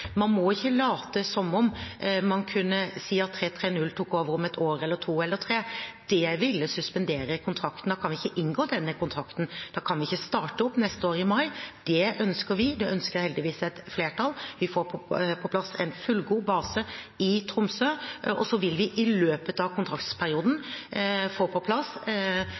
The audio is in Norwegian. man må ikke late som om man kunne si at 330 tok over om et år eller to eller tre. Det ville suspendere kontrakten; da kan vi ikke inngå denne kontrakten, da kan vi ikke starte opp i mai neste år. Det ønsker vi, og det ønsker heldigvis et flertall. Vi får på plass en fullgod base i Tromsø. Så vil vi i løpet av kontraktsperioden få på plass